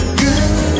good